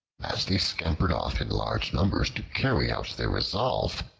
as they scampered off in large numbers to carry out their resolve,